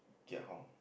get home